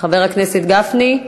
חבר הכנסת גפני,